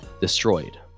destroyed